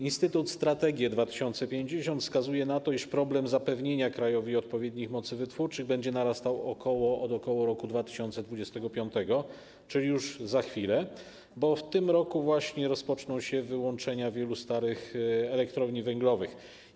Instytut Strategie 2050 wskazuje na to, iż problem zapewnienia krajowi odpowiednich mocy wytwórczych będzie narastał od ok. 2025 r., czyli już za chwilę, bo w tym roku właśnie rozpoczną się wyłączenia wielu starych elektrowni węglowych.